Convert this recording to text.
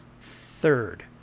Third